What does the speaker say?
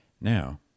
Now